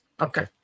Okay